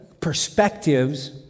perspectives